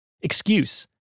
Excuse